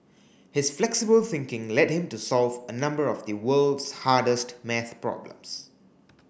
his flexible thinking led him to solve a number of the world's hardest maths problems